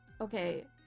Okay